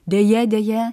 deja deja